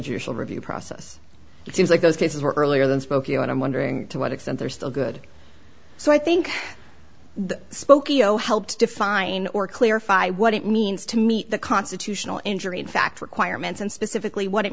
judicial review process it seems like those cases were earlier than spokeo and i'm wondering to what extent they're still good so i think the spokeo helped to define or clarify what it means to meet the constitutional injury in fact requirements and specifically what it